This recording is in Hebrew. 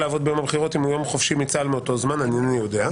לעבוד ביום הבחירות אם הוא יום חופשי מצה"ל באותו זמן אינני יודע.